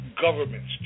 Governments